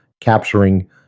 capturing